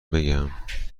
بگم